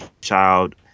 child